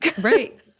Right